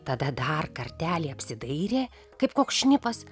tada dar kartelį apsidairė kaip koks šnipas